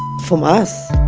from us!